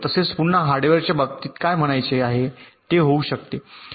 तसेच पुन्हा हार्डवेअरच्या बाबतीत काय म्हणायचे आहे ते होऊ शकते